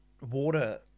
water